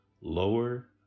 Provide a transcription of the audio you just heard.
Lower